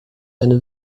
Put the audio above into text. eine